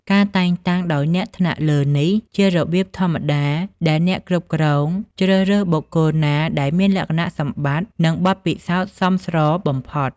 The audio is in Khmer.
ការតែងតាំងដោយអ្នកថ្នាក់លើ នេះជារបៀបធម្មតាដែលអ្នកគ្រប់គ្រងជ្រើសរើសបុគ្គលណាដែលមានលក្ខណៈសម្បត្តិ និងបទពិសោធន៍សមស្របបំផុត។